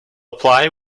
apply